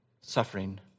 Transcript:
suffering